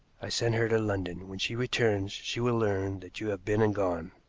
i sent her to london. when she returns she will learn that you have been and gone.